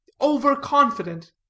overconfident